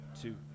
two